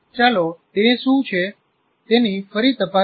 ચાલો તે શું છે તેની ફરી તપાસ કરીએ